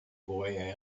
boy